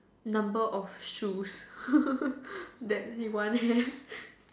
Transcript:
number of shoes that you want hair